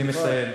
אני מסיים.